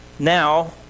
Now